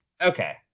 Okay